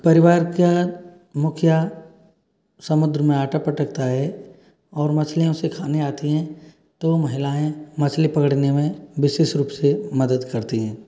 परिवार का मुखिया समुद्र में आटा पटकता है और मछलियाँ उसे खाने आती हैं तो महिलाएँ मछली पकड़ने में विशेष रूप से मदद करती हैं